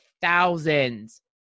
thousands